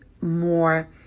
more